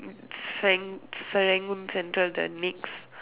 Seran~ Serangoon central the nex